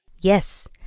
Yes